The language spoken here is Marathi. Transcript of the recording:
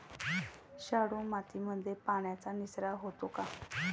शाडू मातीमध्ये पाण्याचा निचरा होतो का?